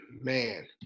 man